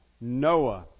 Noah